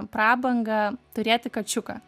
prabangą turėti kačiuką